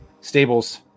stables